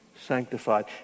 sanctified